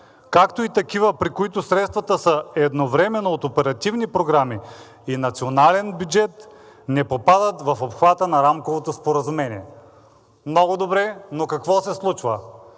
както и такива, при които средствата са едновременно от оперативни програми и от националния бюджет, не попадат в обхвата на рамковото споразумение. Много добре, но какво се случва?